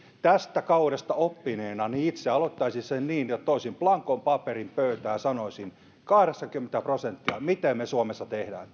tästä kaudesta oppineena itse aloittaisin niin että toisin blankon paperin pöytään ja sanoisin kahdeksankymmentä prosenttia miten me suomessa tehdään